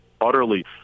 utterly